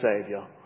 saviour